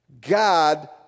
God